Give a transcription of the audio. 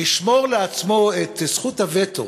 לשמור לעצמו את זכות הווטו